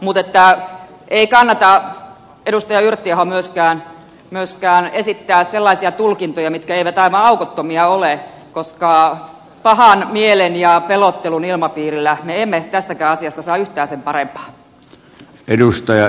mutta ei kannata edustaja yrttiaho myöskään esittää sellaisia tulkintoja mitkä eivät aivan aukottomia ole koska pahan mielen ja pelottelun ilmapiirillä me emme tästäkään asiasta saa yhtään sen parempaa